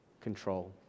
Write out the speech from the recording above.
control